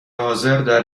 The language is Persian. حاضردر